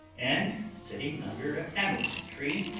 and, sitting under a tamarind tree,